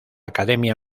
academia